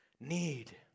need